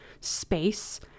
space